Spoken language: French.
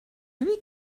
lui